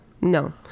No